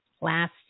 last